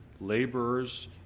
laborers